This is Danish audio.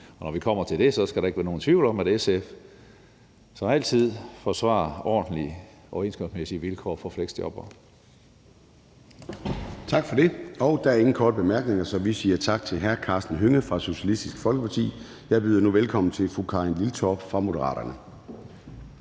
Når vi kommer til det, skal der ikke være nogen tvivl om, at SF som altid forsvarer ordentlige overenskomstmæssige vilkår for fleksjobbere. Kl. 11:07 Formanden (Søren Gade): Der er ingen korte bemærkninger, så vi siger tak til hr. Karsten Hønge fra Socialistisk Folkeparti. Jeg byder nu velkommen til fru Karin Liltorp fra Moderaterne.